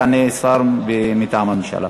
יענה שר מטעם הממשלה.